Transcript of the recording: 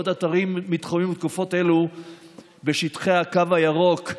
בעוד אתרים מתחומים ותקופות אלו בשטחי הקו הירוק,